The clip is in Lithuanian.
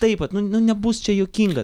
taip vat nu nu nebus čia juokinga